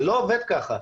זה לא עובד ככה.